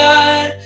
God